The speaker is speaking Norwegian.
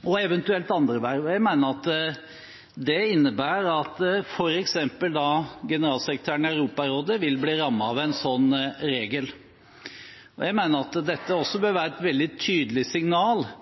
og eventuelt andre verv. Det innebærer f.eks. at generalsekretæren i Europarådet vil bli rammet av en sånn regel. Jeg mener at dette også bør være et veldig tydelig signal